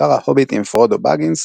בעיקר ההוביטים פרודו בגינס,